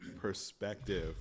perspective